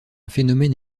phénomène